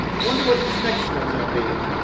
wonder what this next one's gonna be.